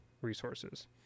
resources